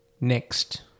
next